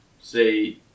say